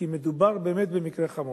כי מדובר באמת במקרה חמור.